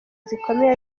zikomeye